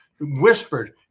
whispered